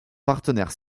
partenaires